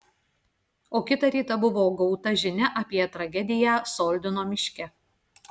o kitą rytą buvo gauta žinia apie tragediją soldino miške